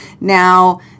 Now